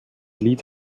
lied